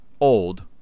old